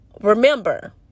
remember